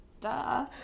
duh